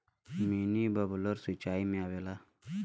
mini bubbler सिचाई में आवेला